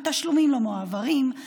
התשלומים לא מועברים,